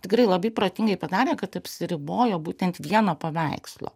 tikrai labai protingai padarė kad apsiribojo būtent vieno paveikslo